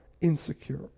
insecure